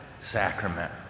sacrament